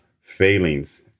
failings